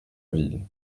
ville